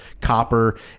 copper